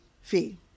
fee